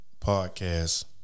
podcast